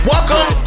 Welcome